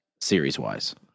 series-wise